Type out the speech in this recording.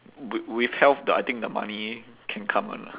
with with health the I think the money can come [one] lah